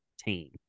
team